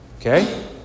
Okay